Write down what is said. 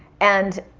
and